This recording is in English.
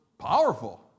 powerful